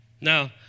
Now